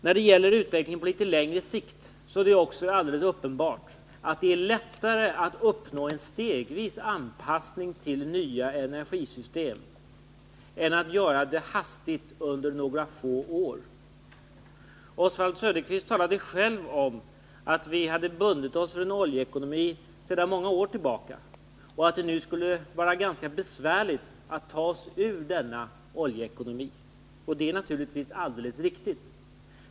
När det gäller utvecklingen på lite längre sikt är det också alldeles uppenbart att det är lättare att uppnå en anpassning stegvis till nya energisystem än att göra det hastigt under några få år. Oswald Söderqvist talade själv om att vi är bundna vid en oljeekonomi sedan många år tillbaka och att det nu skulle vara ganska besvärligt att ta sig ur denna oljeekonomi. Detta är naturligtvis alldeles riktigt.